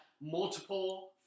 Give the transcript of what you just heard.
multiple